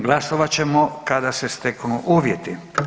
Glasovat ćemo kada se steknu uvjeti.